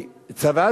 צודקת.